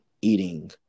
eating